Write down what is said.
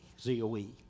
Zoe